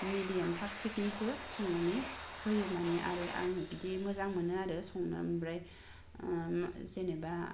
medium थाखथिगनिसो संनानै होयो मानि आङो बिदि मोजां मोनो आरो संनो आमफ्राय जेनेबा